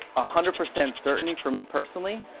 ah hundred percent certainty, for me personally,